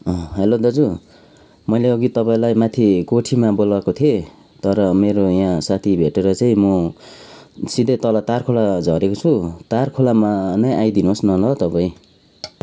hello दाजु मैले अघि तपाईँलाई माथि कोठीमा बोलाएको थिएँ तर मेरो यहाँ साथी भेटेर चाहिँ म सिधै तल तारखोला झरेको छु तारखोलामा नै आइदिनुहोस् न ल तपाईँ